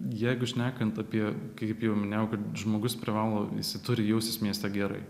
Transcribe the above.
jeigu šnekant apie kaip jau minėjau kad žmogus privalo jisai turi jaustis mieste gerai